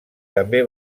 també